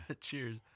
cheers